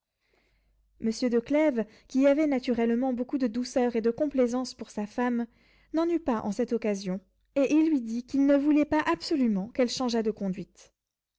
monsieur de clèves qui avait naturellement beaucoup de douceur et de complaisance pour sa femme n'en eut pas en cette occasion et il lui dit qu'il ne voulait pas absolument qu'elle changeât de conduite